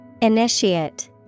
Initiate